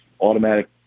automatic